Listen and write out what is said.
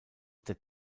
der